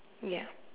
ya